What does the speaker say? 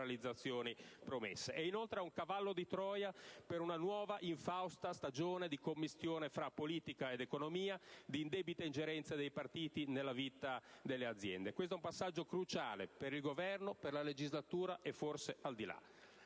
Inoltre, è un cavallo di Troia per una nuova infausta stagione di commistione fra politica ed economia e di indebite ingerenze dei partiti nella vita delle aziende. È un passaggio cruciale per il Governo e per la legislatura, e forse anche